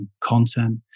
content